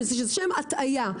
וזו הטעייה,